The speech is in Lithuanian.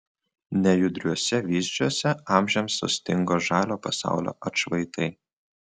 nejudriuose vyzdžiuose amžiams sustingo žalio pasaulio atšvaitai